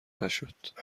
نشد